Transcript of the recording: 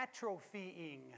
atrophying